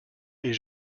ait